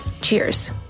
Cheers